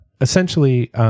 essentially